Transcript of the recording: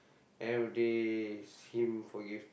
end of the day is him forgive